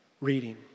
reading